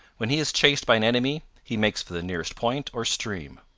when he is chased by an enemy he makes for the nearest point or stream.